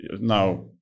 now